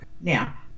Now